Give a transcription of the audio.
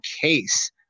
case